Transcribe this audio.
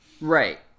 Right